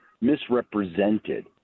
misrepresented